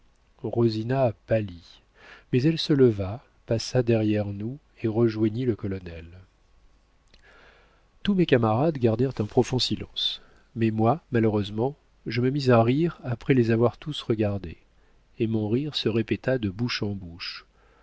rosina pâlit mais elle se leva passa derrière nous et rejoignit le colonel tous mes camarades gardèrent un profond silence mais moi malheureusement je me mis à rire après les avoir tous regardés et mon rire se répéta de bouche en bouche